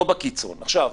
דקה,